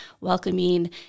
welcoming